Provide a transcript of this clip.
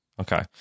Okay